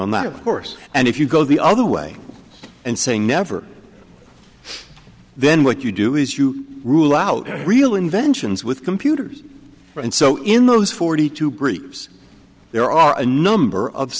on that of course and if you go the other way and say never then what you do is you rule out real inventions with computers and so in those forty two groups there are a number of